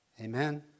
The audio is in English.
Amen